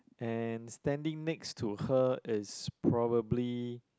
and standing next to her is probably